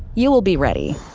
you will be ready.